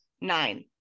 nine